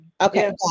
Okay